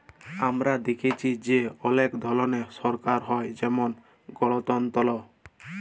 আমরা দ্যাখেচি যে অলেক ধরলের সরকার হ্যয় যেমল গলতলতর